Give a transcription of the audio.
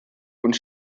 und